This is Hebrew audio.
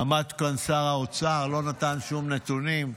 עמד כאן שר האוצר, לא נתן שום נתונים.